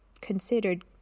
considered